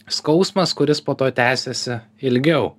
skausmas kuris po to tęsiasi ilgiau